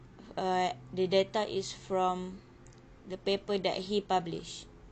uh the data is from the paper that he published